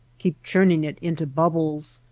keep churning it into bubbles,